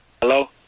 Hello